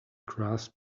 grasp